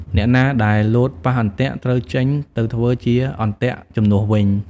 អ្នកណាដែលលោតប៉ះអន្ទាក់ ត្រូវចេញទៅធ្វើជាអន្ទាក់ជំនួសវិញ ។